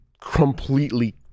completely